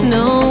no